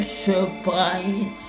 surprise